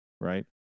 right